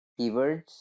keywords